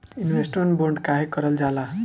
Investment bond काहे कारल जाला?